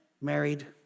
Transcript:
married